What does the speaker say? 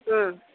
ಹ್ಞೂ